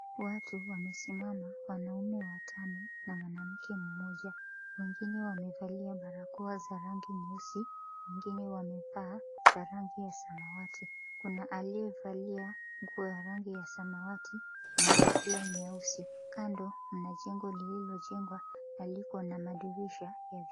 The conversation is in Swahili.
Watu wamesimama, wanaume watano na mwanamke mmoja. Wengine wamevalia barakoa za rangi nyeusi wengine wamevaa samawati. Kuna aliyevalia nguo ya rangi ya samawati, na kofia nyeusi. Kando mna jengo lililojengwa, lililokuwa na madirisha ya vioo.